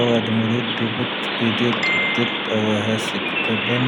ⴰⵡⴰⴷ ⵎⵓⵔⵉⴷ ⴷⵓ ⴱⴻⵜ ⴻⴷⵀⴻ ⴱⴻⵜ ⴷⵉⵔⵜ ⴰⵡⴰ ⵀⴰⵙⵉ ⴽⵜⴰⴱⴰⵏ.